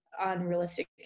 unrealistic